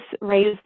raised